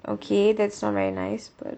okay that's not very nice but